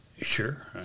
Sure